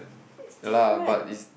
it's difference